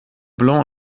blanc